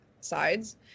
sides